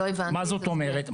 מה זאת אומרת?